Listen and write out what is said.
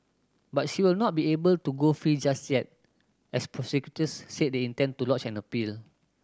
but she will not be able to go free just yet as prosecutors said they intend to lodge an appeal